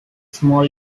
small